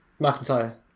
McIntyre